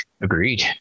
agreed